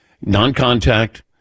non-contact